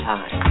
Time